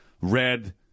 red